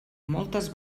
moltes